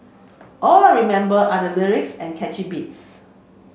all remember are the lyrics and catchy beats